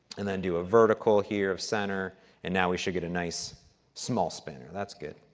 and then do a vertical here of center and now we should get a nice small spinner. that's good.